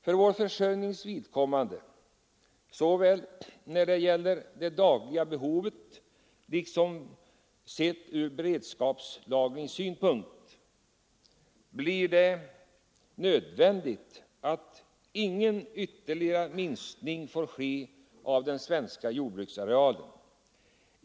: För vår försörjnings vidkommande, såväl när det gäller det dagliga behovet som när det gäller beredskapslagringen, blir det nödvändigt att ingen ytterligare minskning får ske av den svenska jordbruksarealen.